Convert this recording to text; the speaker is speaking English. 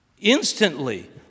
Instantly